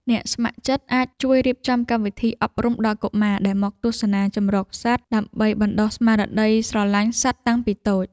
អ្នកស្ម័គ្រចិត្តអាចជួយរៀបចំកម្មវិធីអប់រំដល់កុមារដែលមកទស្សនាជម្រកសត្វ ដើម្បីបណ្ដុះស្មារតីស្រឡាញ់សត្វតាំងពីតូច។